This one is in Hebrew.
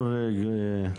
כן.